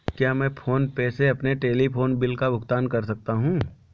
क्या मैं PhonePe से अपने टेलीफोन बिल का भुगतान कर सकता हूँ?